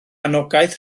anogaeth